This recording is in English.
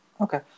Okay